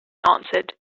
answered